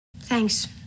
Thanks